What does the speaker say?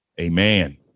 amen